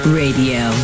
radio